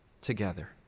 together